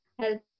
help